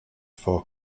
for